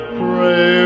pray